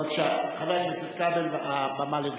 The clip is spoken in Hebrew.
בבקשה, חבר הכנסת כבל, הבמה לרשותך.